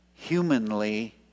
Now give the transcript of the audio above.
Humanly